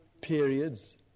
periods